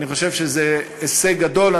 אני חושב שזה הישג גדול.